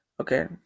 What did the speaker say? okay